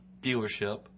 dealership